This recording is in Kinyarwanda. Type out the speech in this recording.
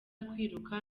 kwiruka